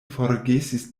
forgesis